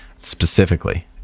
specifically